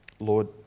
Lord